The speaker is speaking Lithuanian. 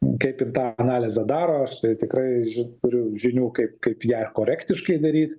kaip ir tą analizę daro aš tai tikrai turiu žinių kaip kaip ją korektiškai daryt